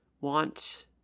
want